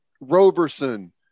Roberson